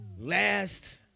last